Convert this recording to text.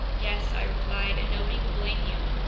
yes, i replied, and nobody would blame you!